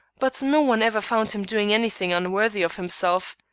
but no one ever found him doing any thing unworthy of himself.